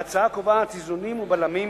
ההצעה קובעת איזונים ובלמים